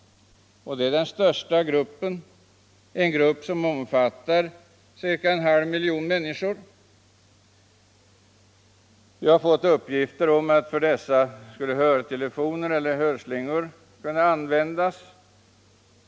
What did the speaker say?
Det är den stora gruppen, som omfattar ca en halv miljon människor. Vi har fått uppgifter om att för dessa skulle hörtelefoner eller hörslingor med fördel kunna användas.